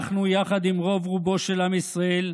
אנחנו, יחד עם רוב-רובו של עם ישראל,